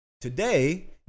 today